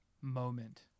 moment